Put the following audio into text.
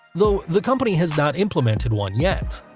though the company has not implemented one yet.